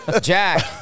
Jack